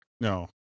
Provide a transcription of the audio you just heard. No